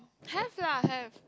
have lah have